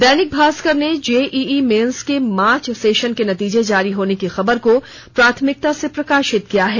दैनिक भास्कर ने JEE mains के March session के नतीजे जारी होने की खबर को प्राथमिकता से प्रकाशित किया है